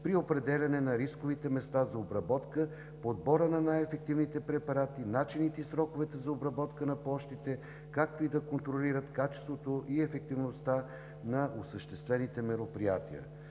при определяне на рисковите места за обработка, подбора на най-ефективните препарати, начините и сроковете за обработка на площите, както и да контролират качеството и ефективността на осъществените мероприятия.